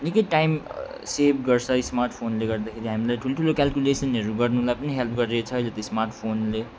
निकै time save गर्छ स्मार्टफोनले गर्दाखेरि हामीलाई ठुल्ठुलो केल्कुलेसनहरू गर्नुलाई पनि हेल्प गरेछ अहिले त्यो स्मार्टफोनले